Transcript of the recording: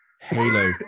Halo